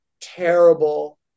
terrible